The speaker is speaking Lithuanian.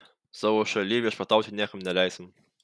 savo šalyj viešpatauti niekam neleisim